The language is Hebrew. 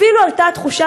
אפילו עלתה תחושה,